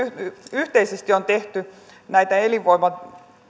yhteisesti on tehty näitä elinvoima